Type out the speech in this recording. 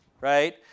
Right